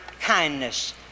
kindness